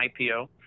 IPO